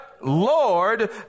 Lord